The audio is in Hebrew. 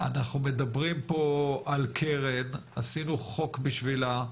אנחנו מדברים פה על קרן, עשינו חוק בשבילה,